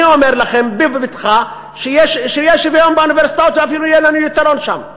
אני אומר לכם שיהיה שוויון באוניברסיטאות ואפילו יהיה לנו יתרון שם.